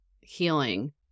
healing